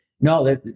no